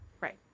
right